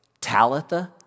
Talitha